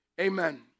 amen